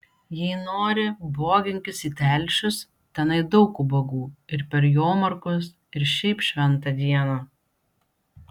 jei nori boginkis į telšius tenai daug ubagų ir per jomarkus ir šiaip šventą dieną